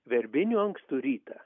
verbinių ankstų rytą